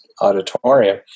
auditorium